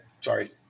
Sorry